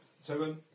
Seven